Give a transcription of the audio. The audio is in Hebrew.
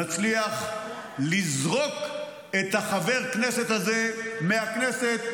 נצליח לזרוק את חבר הכנסת הזה מהכנסת,